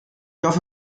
hoffe